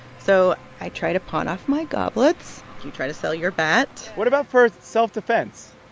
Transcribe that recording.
so i try to pawn off my goblets. you try to sell your bat what about for self-defense?